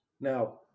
Now